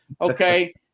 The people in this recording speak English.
Okay